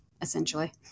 essentially